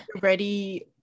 ready